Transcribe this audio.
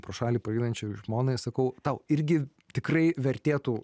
pro šalį praeinančiai žmonai sakau tau irgi tikrai vertėtų